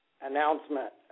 announcement